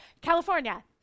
California